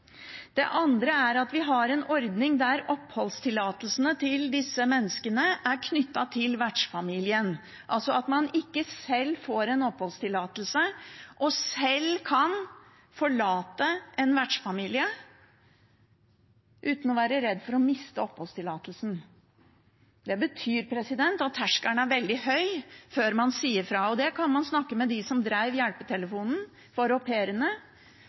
Det andre er at vi har en ordning der oppholdstillatelsen til disse menneskene er knyttet til vertsfamilien, altså at man ikke sjøl får oppholdstillatelse og sjøl kan forlate en vertsfamilie uten å være redd for å miste oppholdstillatelsen. Det betyr at terskelen er veldig høy før man sier fra. Det kan man snakke om med dem som drev hjelpetelefonen for